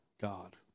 God